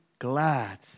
Glad